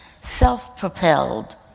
self-propelled